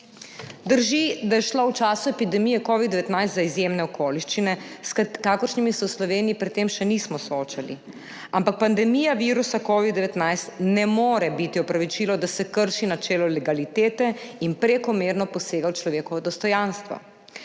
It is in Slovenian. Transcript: Drži, da je šlo v času epidemije covida-19 za izjemne okoliščine, s kakršnimi se v Sloveniji pred tem še nismo soočali, ampak pandemija virusa covid-19 ne more biti opravičilo, da se krši načelo legalitete in prekomerno posega v človekovo dostojanstvo.